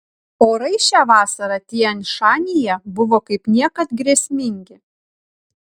orai šią vasarą tian šanyje buvo kaip niekad grėsmingi